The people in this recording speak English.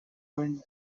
wind